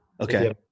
Okay